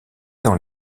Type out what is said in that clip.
dans